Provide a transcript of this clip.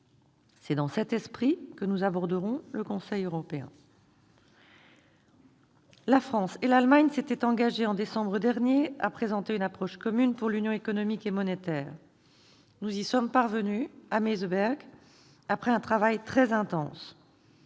C'est dans cet esprit que nous aborderons le Conseil européen. La France et l'Allemagne s'étaient engagées en décembre dernier à présenter une approche commune pour l'Union économique et monétaire. Nous y sommes parvenus à Meseberg, après un travail très intense.